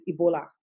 Ebola